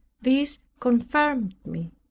this confirmed me.